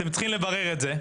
אתם צריכים לברר את זה,